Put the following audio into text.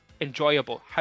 enjoyable